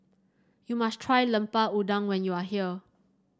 you must try Lemper Udang when you are here